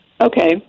Okay